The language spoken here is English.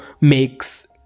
makes